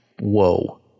whoa